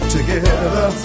Together